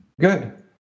Good